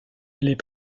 les